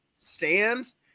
Stands